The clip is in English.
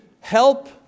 help